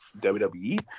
WWE